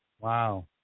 wow